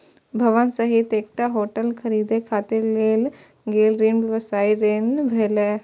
भवन सहित एकटा होटल खरीदै खातिर लेल गेल ऋण व्यवसायी ऋण भेलै